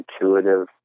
intuitive